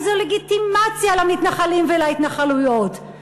איזה לגיטימציה למתנחלים ולהתנחלויות.